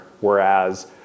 whereas